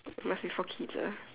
must be for kids ah